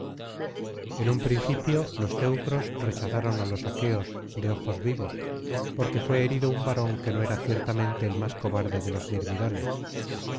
en un principio los teneros rechazaron á los aqueos de ojos vivos porque fué herido un varón que no era ciertamente el más cobarde de los